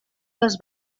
les